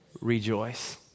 rejoice